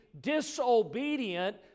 disobedient